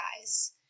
guys